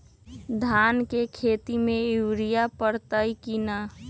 धान के खेती में यूरिया परतइ कि न?